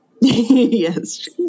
Yes